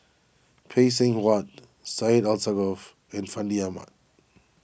Phay Seng Whatt Syed Alsagoff and Fandi Ahmad